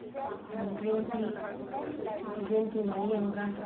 green tea green tea ꯃꯔꯤ ꯑꯃꯒ